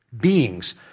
Beings